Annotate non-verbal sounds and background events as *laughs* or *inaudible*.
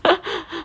*laughs*